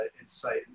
insight